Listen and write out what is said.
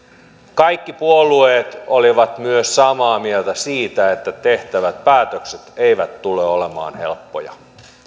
kaikki puolueet olivat myös samaa mieltä siitä että tehtävät päätökset eivät tule olemaan helppoja